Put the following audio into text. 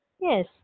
Yes